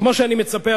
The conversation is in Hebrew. כמו שאני מצפה,